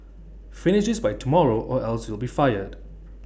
finish this by tomorrow or else you'll be fired